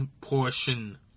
portion